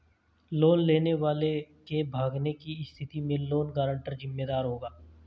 loan लेने वाले के भागने की स्थिति में लोन गारंटर जिम्मेदार होगा